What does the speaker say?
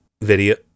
video